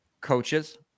coaches